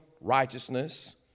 righteousness